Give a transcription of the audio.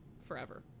forever